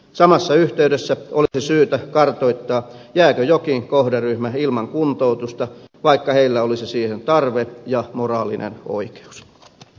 samassa yhteydessä olisi syytä kartoittaa jääkö jokin kohderyhmä ilman kuntoutusta vaikka heillä olisi siihen tarve ja moraalinen oikeus